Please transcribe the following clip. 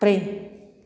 ब्रै